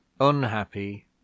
unhappy